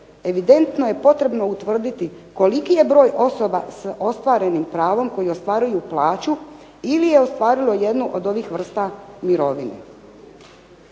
evidentno je potrebno utvrditi koliki je broj osoba sa ostvarenim pravom koji ostvaruju plaću ili je ostvarilo jednu od ovih vrsta mirovine.